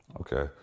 Okay